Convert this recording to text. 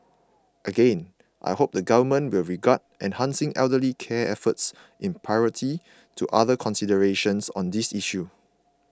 again I hope the Government will regard enhancing elderly care efforts in priority to other considerations on this issue